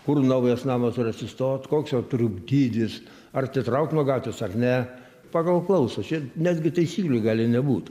kur naujas namas turi atsistot koks jo turi dydis ar atitraukt nuo gatvės ar ne pagal klausą čia netgi taisyklių gali nebūt